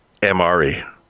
MRE